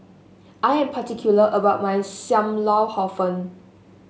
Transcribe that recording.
I am particular about my Sam Lau Hor Fun